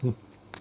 mm